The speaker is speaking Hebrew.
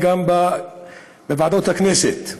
וגם בוועדות הכנסת,